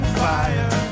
fire